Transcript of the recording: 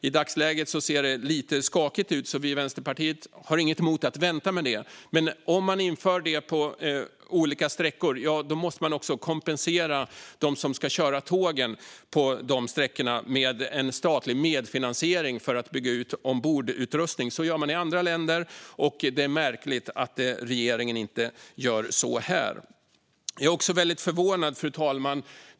I dagsläget ser det dock lite skakigt ut, så vi i Vänsterpartiet har inget emot att vänta med detta. Om man inför det på olika sträckor måste man också kompensera dem som ska köra tågen på dessa sträckor med en statlig medfinansiering för att bygga ut ombordutrustning. Så gör andra länder, och det är märkligt att regeringen inte gör så här. Jag är också väldigt förvånad över en annan sak, fru talman.